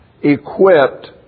equipped